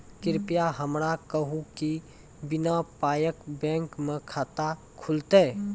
कृपया हमरा कहू कि बिना पायक बैंक मे खाता खुलतै?